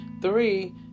three